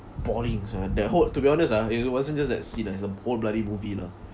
bawling sia the whole to be honest ah it wasn't just that scene ah it's the whole bloody movie lah